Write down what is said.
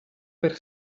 per